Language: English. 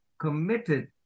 committed